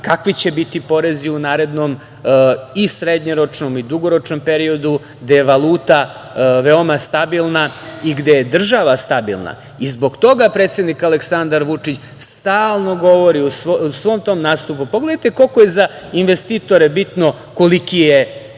kakvi će biti porezi u narednom i srednjoročnom i dugoročnom periodu gde je valuta veoma stabilna i gde je država stabilna. Zbog toga predsednik Aleksandar Vučić stalno govori u svom tom nastupu – pogledajte koliko je za investitore bitno koliki je kurs